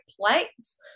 plates